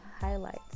Highlights